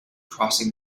crossing